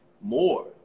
more